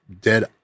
dead